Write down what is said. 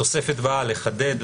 התוספת באה לחדד,